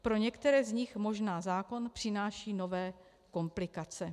Pro některé z nich možná zákon přináší nové komplikace.